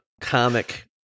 comic